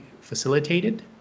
facilitated